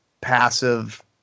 passive